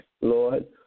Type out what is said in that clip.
Lord